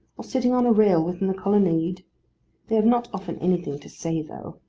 or sitting on a rail within the colonnade they have not often anything to say though,